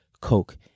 Coke